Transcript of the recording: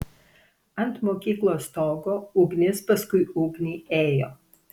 ant mokyklos stogo ugnis paskui ugnį ėjo